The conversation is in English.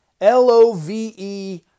L-O-V-E